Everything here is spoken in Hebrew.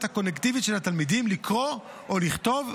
הקולקטיבית של התלמידים לקרוא או לכתוב,